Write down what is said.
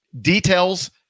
details